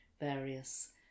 various